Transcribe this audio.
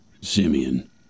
Simeon